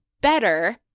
better